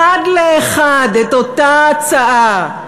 אחד לאחד, את אותה הצעה,